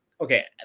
okay